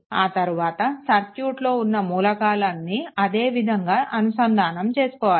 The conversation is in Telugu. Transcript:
ఆ తరువాత సర్క్యూట్లో ఉన్న మూలకాలు అన్నీ అదే విధంగా అనుసంధానం చేసుకోవాలి